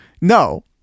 No